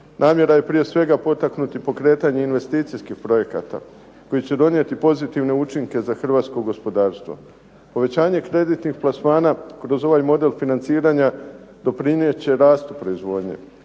Namjera je prije svega potaknuti pokretanje investicijskih projekata koji će donijeti pozitivne učinke za hrvatsko gospodarstvo. Povećanje kreditnih plasmana kroz ovaj model financiranja doprinijet će rastu proizvodnje,